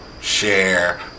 share